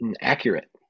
accurate